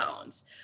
phones